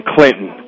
Clinton